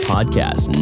Podcast